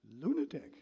lunatic